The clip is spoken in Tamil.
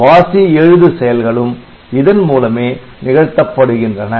வாசி எழுது செயல்களும் இதன் மூலமே நிகழ்த்தப்படுகின்றன